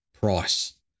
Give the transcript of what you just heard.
price